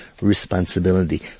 responsibility